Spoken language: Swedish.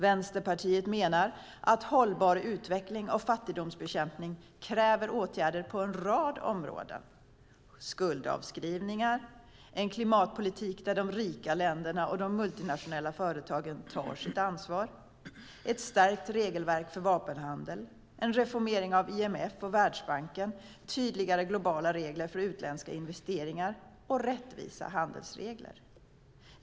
Vänsterpartiet menar att hållbar utveckling och fattigdomsbekämpning kräver åtgärder på en rad områden: skuldavskrivningar, en klimatpolitik där de rika länderna och de multinationella företagen tar sitt ansvar, ett stärkt regelverk för vapenhandel, en reformering av IMF och Världsbanken, tydligare globala regler för utländska investeringar och rättvisa handelsregler.